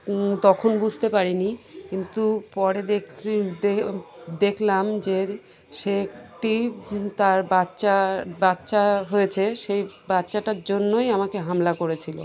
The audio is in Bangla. তখন বুঝতে পারিনি কিন্তু পরে দেখ দেখলাম যে সে একটি তার বাচ্চা বাচ্চা হয়েছে সেই বাচ্চাটার জন্যই আমাকে হামলা করেছিলো